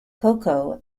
cocoa